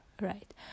right